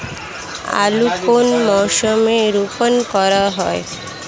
আলু কোন মরশুমে রোপণ করা হয়?